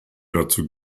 dazu